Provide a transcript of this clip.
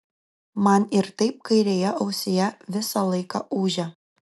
man ir taip kairėje ausyje visą laiką ūžia